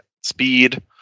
Speed